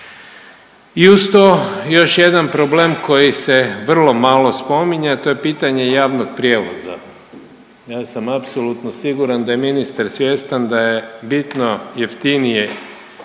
I uz to još jedan problem koji se vrlo malo spominje, a to je pitanje javnog prijevoza. Ja sam apsolutno siguran da je ministar svjestan da je bitno jeftinije i